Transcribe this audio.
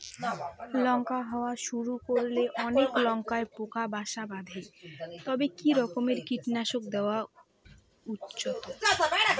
লঙ্কা হওয়া শুরু করলে অনেক লঙ্কায় পোকা বাসা বাঁধে তবে কি রকমের কীটনাশক দেওয়া উচিৎ?